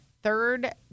Third